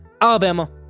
Alabama